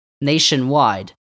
nationwide